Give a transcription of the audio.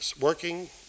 working